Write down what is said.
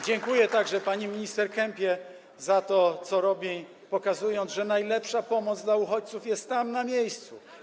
Dziękuję także pani minister Kempie za to, co robi, pokazując, że najlepsza jest pomoc dla uchodźców tam, na miejscu.